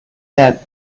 that